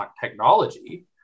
technology